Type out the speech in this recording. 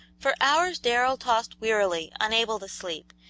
for hours darrell tossed wearily, unable to sleep.